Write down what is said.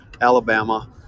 Alabama